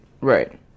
right